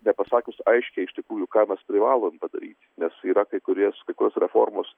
nepasakius aiškiai iš tikrųjų ką mes privalom padaryti nes yra kai kurie kai kurios reformos